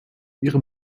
ihre